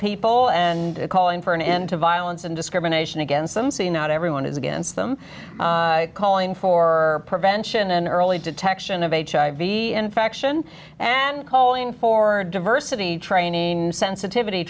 people and calling for an end to violence and discrimination against them see not everyone is against them calling for prevention and early detection of hiv infection and calling for a diversity training sensitivity